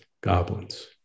goblins